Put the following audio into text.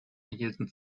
erhielten